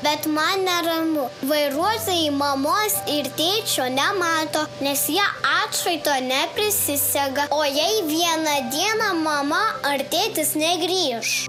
bet man neramu vairuotojai mamos ir tėčio nemato nes jie atšvaito neprisisega o jei vieną dieną mama ar tėtis negrįš